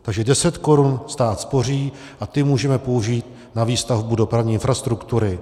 Takže 10 korun stát spoří a ty můžeme použít na výstavbu dopravní infrastruktury.